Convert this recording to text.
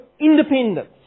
independence